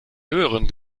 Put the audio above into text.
höheren